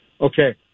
okay